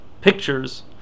pictures